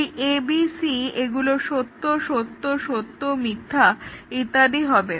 এই a b c এগুলো সত্য সত্য সত্য মিথ্যা ইত্যাদি হবে